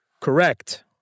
Correct